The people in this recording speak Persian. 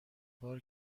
بار